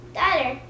daughter